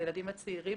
הילדה שלי בת 17,